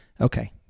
Okay